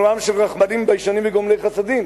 אנחנו עם של רחמנים, ביישנים וגומלי חסדים.